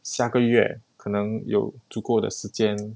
下个月可能有足够的时间